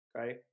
Okay